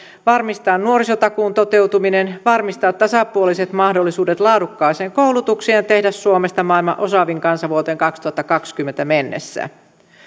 varmistaa nuorisotakuun toteutuminen varmistaa tasapuoliset mahdollisuudet laadukkaaseen koulutukseen ja tehdä suomesta maailman osaavin kansa vuoteen kaksituhattakaksikymmentä mennessä